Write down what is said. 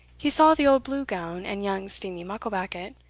he saw the old blue-gown and young steenie mucklebackit,